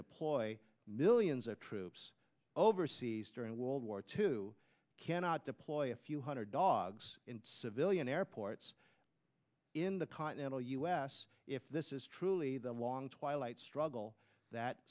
deploy millions of troops overseas during world war two cannot deploy a few hundred dogs in civilian airports in the continental us if this is truly the long twilight struggle that